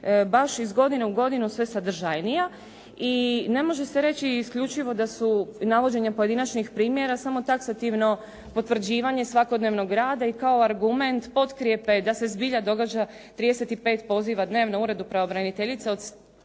baš iz godine u godinu sve sadržajnija i ne može se reći isključivo da su navođenja pojedinačnih primjera samo taksativno potvrđivanje svakodnevnog rada i kao argument potkrijepe da se zbilja događa 35 poziva dnevno u Uredu pravobraniteljice